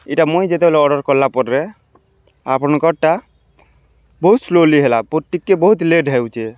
ଇଟା ମୁଇଁ ଯେତେବେଲେ ଅର୍ଡ଼ର୍ କଲା ପରେ ଆପଣଙ୍କର୍ଟା ବହୁତ୍ ସ୍ଲୋଲି ହେଲା ପ ଟିକେ ବହୁତ୍ ଲେଟ୍ ହେଉଚେ